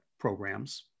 programs